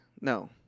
No